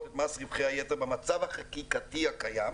את מס רווחי היתר במצב החקיקתי הקיים?